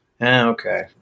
Okay